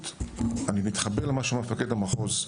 אני מתחבר אל מה שאמר מפקד המחוז,